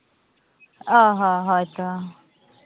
ᱚ ᱦᱚ ᱦᱳᱭ ᱛᱚ